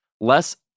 less